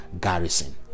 garrison